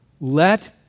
Let